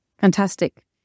Fantastic